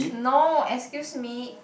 no excuse me